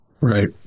Right